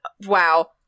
wow